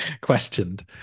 questioned